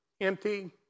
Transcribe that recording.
Empty